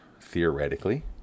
theoretically